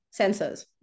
Sensors